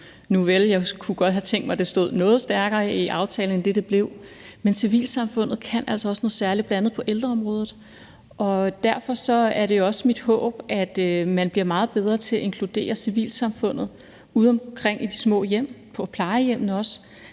Nuvel, jeg kunne godt have tænkt mig, at det stod noget stærkere i aftalen end det, det blev, men civilsamfundet kan altså også noget særligt, bl.a. på ældreområdet. Derfor er det også mit håb, at man bliver meget bedre til at inkludere civilsamfundet udeomkring i de små hjem, også på plejehjemmene.